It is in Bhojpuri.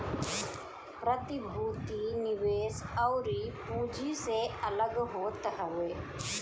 प्रतिभूति निवेश अउरी पूँजी से अलग होत हवे